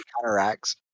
counteracts